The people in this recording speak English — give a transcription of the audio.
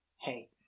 hey